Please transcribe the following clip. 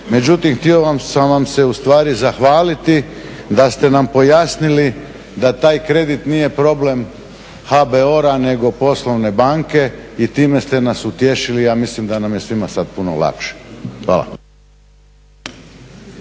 međutim htio sam vam se ustvari zahvaliti da ste nam pojasnili da taj kredit nije problem HBOR-a nego poslovne banke i time ste nas utješili. Ja mislim da nam je svima sad puno lakše. Hvala.